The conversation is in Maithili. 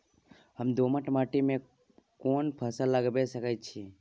हम दोमट माटी में कोन फसल लगाबै सकेत छी?